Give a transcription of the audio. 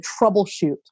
troubleshoot